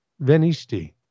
venisti